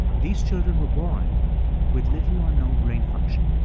these children were born with little or no brain function